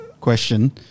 question